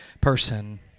person